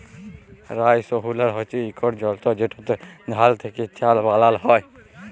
rice huller হছে ইকট যল্তর যেটতে ধাল থ্যাকে চাল বালাল হ্যয়